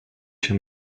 się